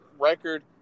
record